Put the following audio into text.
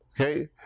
Okay